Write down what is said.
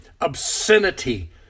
obscenity